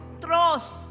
trust